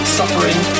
suffering